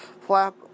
flap